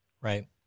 Right